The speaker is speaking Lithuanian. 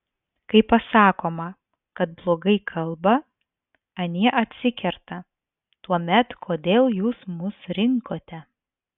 kai pasakoma kad blogai kalba anie atsikerta tuomet kodėl jūs mus rinkote